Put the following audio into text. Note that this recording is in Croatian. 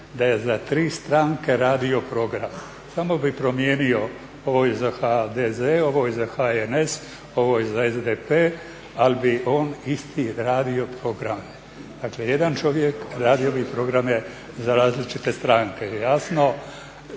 da je za tri stranke radio program. Samo bi promijenio ovo je za HDZ, ovo je za HNS, ovo je za SDP ali bi on isti radio program. Dakle, jedan čovjek radio bi programe za različite stranke. Jasno,